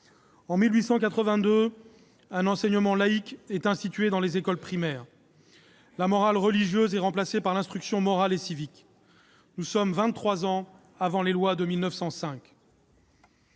En 1882, un enseignement laïque est institué dans les écoles primaires. La morale religieuse est remplacée par l'instruction morale et civique. Nous sommes vingt-trois ans avant les lois de 1905.